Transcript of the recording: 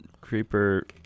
Creeper